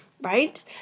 Right